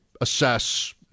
assess